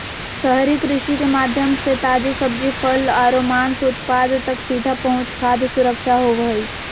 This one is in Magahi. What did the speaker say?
शहरी कृषि के माध्यम से ताजी सब्जि, फल आरो मांस उत्पाद तक सीधा पहुंच खाद्य सुरक्षा होव हई